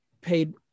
paid